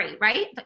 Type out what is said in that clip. right